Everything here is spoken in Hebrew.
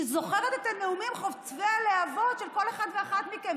אני זוכרת את הנאומים חוצבי הלהבות של כל אחד ואחת מכם.